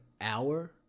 hour